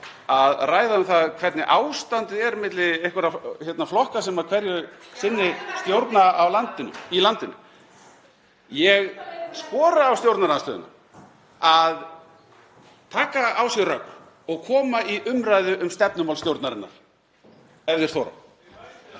að ræða um það hvernig ástandið er milli einhverra flokka sem hverju sinni stjórna (Gripið fram í.) í landinu. Ég skora á stjórnarandstöðuna að taka á sig rögg og koma í umræðu um stefnumál stjórnarinnar ef þau þora.